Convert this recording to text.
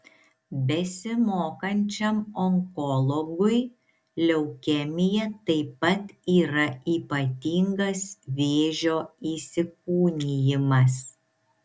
besimokančiam onkologui leukemija taip pat yra ypatingas vėžio įsikūnijimas